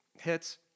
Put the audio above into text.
hits